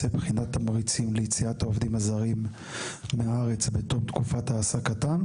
בחינת תמריצים ליציאת העובדים הזרים מהארץ בתום תקופת העסקתם.